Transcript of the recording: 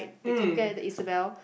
mm